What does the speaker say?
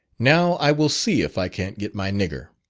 now i will see if i can't get my nigger.